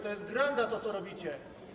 To jest granda, co robicie.